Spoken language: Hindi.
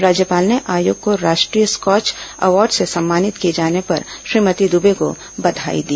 राज्यपाल ने आयोग को राष्ट्रीय स्कोच अवार्ड से सम्मानित किए जाने पर श्रीमती दुबे को बघाई दी